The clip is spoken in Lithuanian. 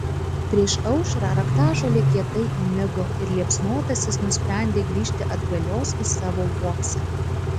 prieš aušrą raktažolė kietai įmigo ir liepsnotasis nusprendė grįžti atgalios į savo uoksą